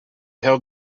held